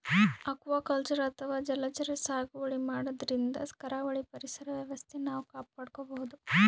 aquaculture ಅಥವಾ ಜಲಚರ ಸಾಗುವಳಿ ಮಾಡದ್ರಿನ್ದ ಕರಾವಳಿ ಪರಿಸರ್ ವ್ಯವಸ್ಥೆ ನಾವ್ ಕಾಪಾಡ್ಕೊಬಹುದ್